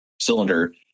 cylinder